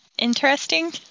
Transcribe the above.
Interesting